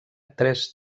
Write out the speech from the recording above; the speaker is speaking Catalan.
tres